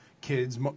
kids